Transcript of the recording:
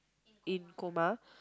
in coma